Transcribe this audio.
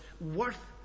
worth